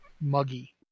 muggy